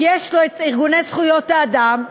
כי יש לו ארגוני זכויות האדם,